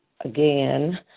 again